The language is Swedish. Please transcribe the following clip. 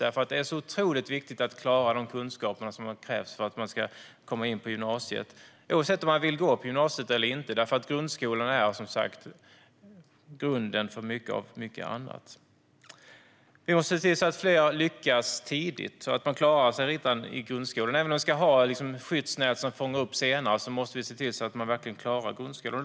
Det är otroligt viktigt att klara de kunskaper som krävs för att komma in på gymnasiet, oavsett om man vill gå på gymnasiet eller inte, för grundskolan är som sagt grunden för mycket annat. Vi måste se till att fler lyckas tidigt och klarar sig redan i grundskolan. Även om vi har skyddsnät som fångar upp senare måste vi se till att man verkligen klarar grundskolan.